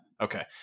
okay